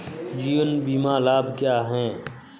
जीवन बीमा लाभ क्या हैं?